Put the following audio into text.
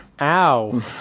Ow